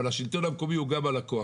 אבל השלטון המקומי הוא גם הלקוח.